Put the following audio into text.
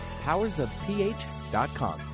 powersofph.com